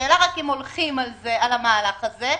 השאלה אם הולכים על המהלך הזה,